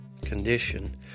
condition